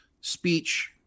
speech